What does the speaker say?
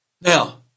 Now